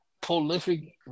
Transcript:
prolific